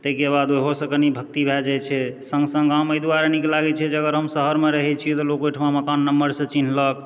ताहिके बाद ओहोसँ कनी भक्ति भए जाइत छै सङ्ग सङ्गग गाम अइ दुआरे नीक लागै छै जे अगर हम शहरमे रहै छियैक तऽ लोक ओहिठाम मकान नम्बरसँ चिन्हलक